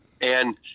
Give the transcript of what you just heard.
And-